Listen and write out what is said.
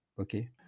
Okay